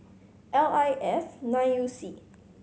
L I F nine U C